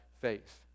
faith